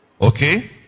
Okay